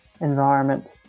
environment